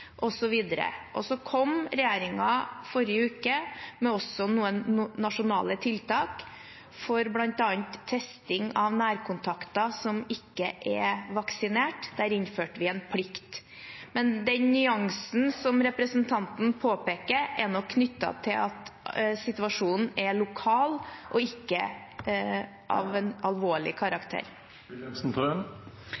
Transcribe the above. Så kom regjeringen i forrige uke også med noen nasjonale tiltak for bl.a. testing av nærkontakter som ikke er vaksinert. Der innførte vi en plikt. Men den nyansen som representanten påpeker, er nok knyttet til at situasjonen er lokal og ikke av en alvorlig